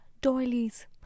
doilies